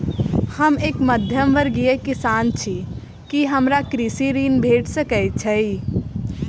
हम एक मध्यमवर्गीय किसान छी, की हमरा कृषि ऋण भेट सकय छई?